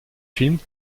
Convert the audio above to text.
films